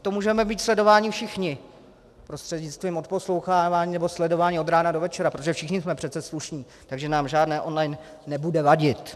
To můžeme být sledováni všichni prostřednictvím odposlouchávání nebo sledování od rána do večera, protože všichni jsme přece slušní, takže nám žádné online nebude vadit.